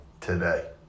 today